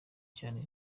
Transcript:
cyane